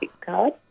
card